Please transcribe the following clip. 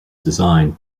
designed